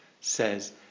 says